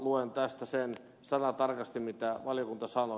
luen tästä sen sanatarkasti mitä valiokunta sanoi